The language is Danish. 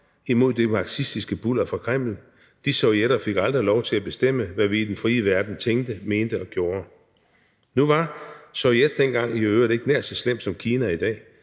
imod det marxistiske bulder fra Kreml. De sovjetter fik aldrig lov til at bestemme, hvad vi i den frie verden tænkte, mente og gjorde. Nu var Sovjet dengang i øvrigt ikke nær så slemt som Kina i dag,